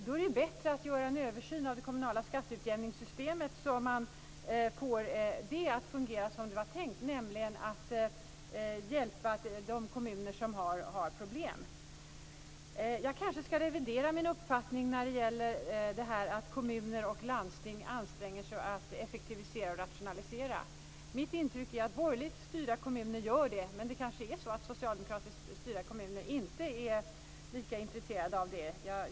Då är det bättre att göra en översyn av det kommunala skatteutjämningssystemet så att det kan fungera som det var tänkt, nämligen som hjälp för de kommuner som har problem. Jag ska kanske revidera min uppfattning när det gäller kommuners och landstings ansträngningar att rationalisera och effektivisera. Mitt intryck är att borgerligt styrda kommuner gör det, men socialdemokratiskt styrda kommuner kanske inte är lika intresserade av det.